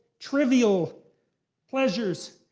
trivial pleasures.